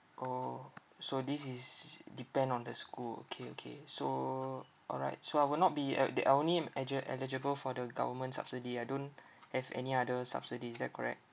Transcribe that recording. orh so this is s~ depend on the school okay okay so all right so I will not be uh the I only egi~ eligible for the government subsidy I don't have any other subsidy is that correct